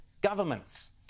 governments